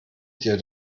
dir